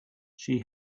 she